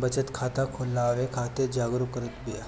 बचत खाता खोलवावे खातिर जागरुक करत बिया